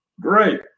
great